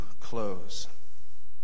close